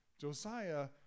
josiah